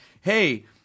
hey